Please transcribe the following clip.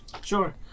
Sure